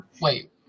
Wait